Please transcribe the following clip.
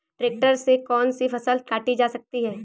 Tractor से कौन सी फसल काटी जा सकती हैं?